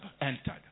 entered